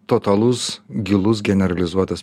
totalus gilus generalizuotas